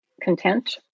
content